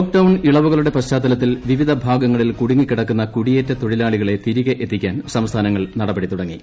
lockdown ഇളവുകളുടെ പശ്ചാത്തലത്തിൽ വിവിധ ഭാഗങ്ങളിൽ കുടുങ്ങി കിടക്കുന്ന കുടിയേറ്റ തൊഴിലാളികളെ തിരികെ എത്തിക്കാൻ സംസ്ഥാനങ്ങൾ നടപടി തുടങ്ങി